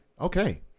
Okay